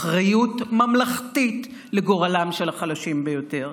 אחריות ממלכתית לגורלם של החלשים ביותר.